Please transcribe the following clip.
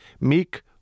meek